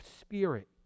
spirit